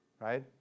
right